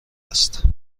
است